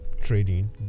trading